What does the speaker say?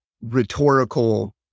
rhetorical